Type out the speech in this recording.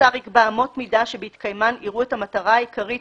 השר יקבע אמות מידה שבהתקיימן יראו את המטרה העיקרית